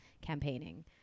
campaigning